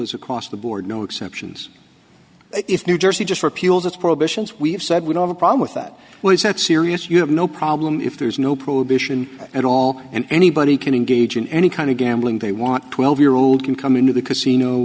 as across the board no exceptions if new jersey just repealed its prohibitions we've said we don't have a problem with that was that serious you have no problem if there's no prohibition at all and anybody can engage in any kind of gambling they want twelve year old can come into the casino